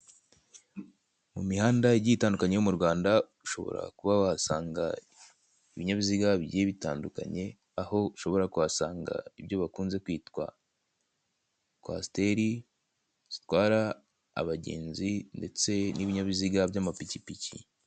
Mu mihanda igiye itandukanye yo mu Rwanda ushobora kuba wahasanga ibinyabiziga bigiye bitandukanye aho ushobora kuhasanga ibyo bakunze kwita kwasteri zitwara abagenzi ndetse n'ibinyabiziga by'amapikipiki.